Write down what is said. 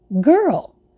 girl